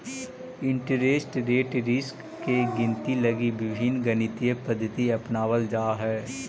interest rate risk के गिनती लगी विभिन्न गणितीय पद्धति अपनावल जा हई